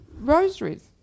rosaries